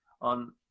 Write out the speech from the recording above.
on